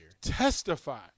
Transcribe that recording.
Testify